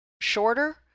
shorter